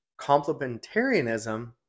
complementarianism